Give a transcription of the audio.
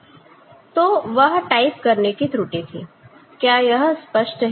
तो वह टाइप करने की त्रुटि थी क्या यह स्पष्ट है